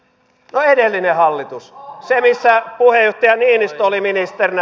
no edellinen hallitus se missä puheenjohtaja niinistö oli ministerinä